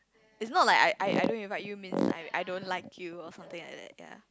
it's not like I I I don't invite you means I I don't like you or something like that ya